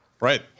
Right